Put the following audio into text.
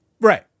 right